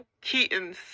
Keaton's